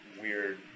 weird